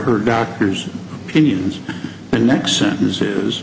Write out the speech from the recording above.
her doctor's opinions the next sentence